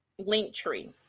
Linktree